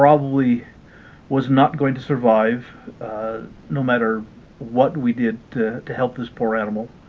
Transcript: probably was not going to survive no matter what we did to to help this poor animal